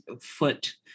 foot